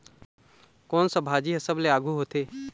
कोन सा भाजी हा सबले आघु होथे?